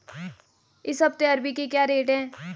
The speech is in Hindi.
इस हफ्ते अरबी के क्या रेट हैं?